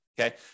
Okay